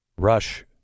Rush